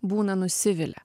būna nusivilia